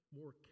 more